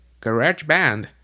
GarageBand